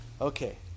okay